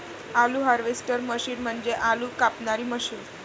आलू harvester machine म्हणजे आलू कापणारी मशीन